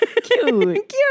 Cute